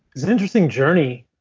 it's an interesting journey.